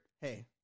hey